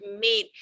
made